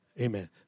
Amen